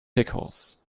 pickles